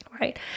right